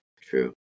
True